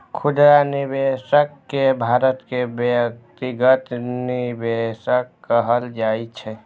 खुदरा निवेशक कें भारत मे व्यक्तिगत निवेशक कहल जाइ छै